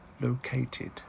located